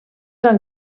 han